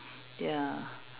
ya